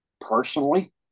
personally